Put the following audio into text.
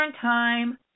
Time